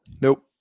Nope